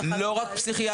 אני לא ימין,